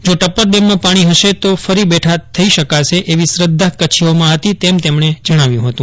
જો ટપ્પર ડેમમાં પાણી હશે તો ફરી બેઠાં થઇ શકાશે એવી શ્રધ્ધા કચ્છીઓમાં હતી તેમ તેમણે જણાવ્યું હતું